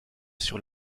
sur